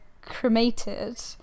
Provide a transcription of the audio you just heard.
cremated